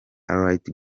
light